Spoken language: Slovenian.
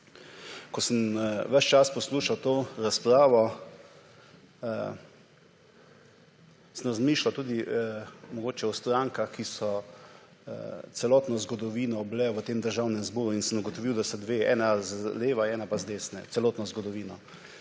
Ko sem ves čas poslušal to razpravo, sem razmišljal tudi o strankah, ki so celotno zgodovino bile v tem državnem zboru, in sem ugotovil, da sta to dve stranki, ena z leve, ena pa z desne. Skozi celotno zgodovino